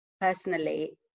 personally